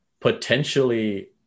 potentially